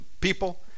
people